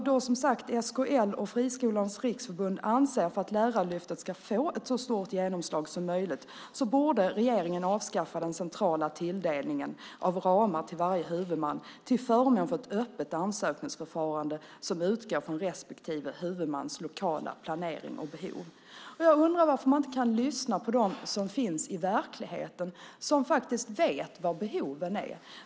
Då SKL och Friskolornas Riksförbund anser att Lärarlyftet ska få ett så stort genomslag som möjligt borde regeringen avskaffa den centrala tilldelningen av ramar till varje huvudman till förmån för ett öppet ansökningsförfarande som utgår från respektive huvudmans lokala planering och behov. Jag undrar varför man inte kan lyssna på dem som finns i verkligheten, som faktiskt vet vilka behoven är.